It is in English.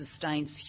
sustains